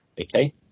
Okay